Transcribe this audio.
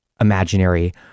imaginary